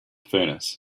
furnace